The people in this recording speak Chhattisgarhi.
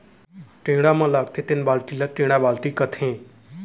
टेड़ा म लगथे तेन बाल्टी ल टेंड़ा बाल्टी कथें